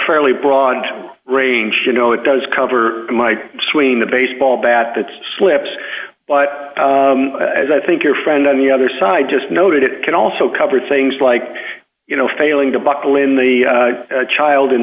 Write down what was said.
fairly broad range you know it does cover my swing a baseball bat that slips but as i think your friend on the other side just noted it can also cover things like you know failing to buckle in the child in